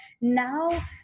now